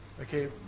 Okay